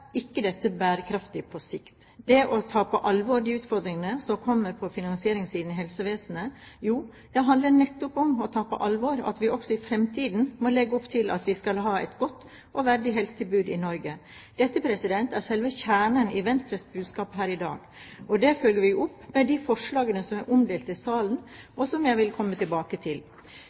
ikke dette bærekraftig på sikt. Det å ta på alvor de utfordringene som kommer på finansieringssiden i helsevesenet, handler nettopp om å ta på alvor at vi også i fremtiden må legge opp til at vi skal ha et godt og verdig helsetilbud i Norge. Dette er selve kjernen i Venstres budskap her i dag. Det følger vi opp med de forslagene som er omdelt i salen, og som jeg vil komme tilbake til.